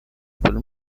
film